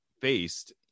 faced